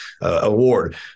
award